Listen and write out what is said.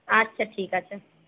আচ্ছা ঠিক আছে